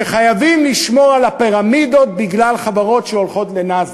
שחייבים לשמור על הפירמידות בגלל חברות שהולכות לנאסד"ק.